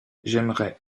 j’aimerais